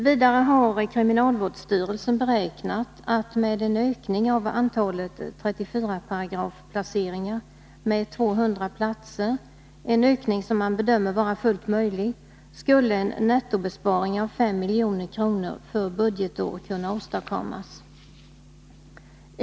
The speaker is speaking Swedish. Vidare har kriminalvårdsstyrelsen beräknat att med en ökning av antalet 34 §-placeringar med 200 platser — en ökning som man bedömer vara fullt möjlig — skulle en nettobesparing av 5 milj.kr. för budgetår kunna åstadkommas.